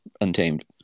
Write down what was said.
Untamed